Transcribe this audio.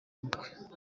ubukwe